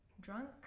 drunk